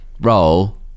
roll